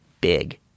big